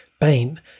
bane